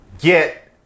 Get